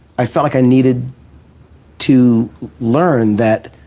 i felt like i needed to learn that